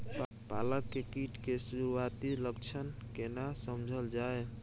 पालक में कीट के सुरआती लक्षण केना समझल जाय?